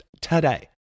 today